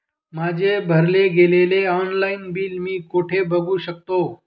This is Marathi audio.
माझे भरले गेलेले ऑनलाईन बिल मी कुठे बघू शकतो?